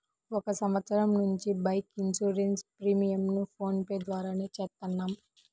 ఒక సంవత్సరం నుంచి బైక్ ఇన్సూరెన్స్ ప్రీమియంను ఫోన్ పే ద్వారానే చేత్తన్నాం